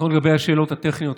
לגבי השאלות הטכניות,